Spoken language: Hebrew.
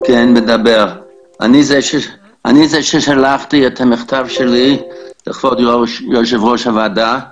אני זה ששלחתי את המכתב שלי לכבוד יושב-ראש הוועדה.